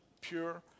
pure